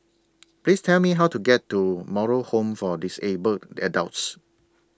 Please Tell Me How to get to Moral Home For Disabled Adults